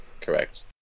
Correct